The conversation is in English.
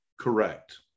Correct